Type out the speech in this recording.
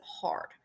hard